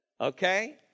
Okay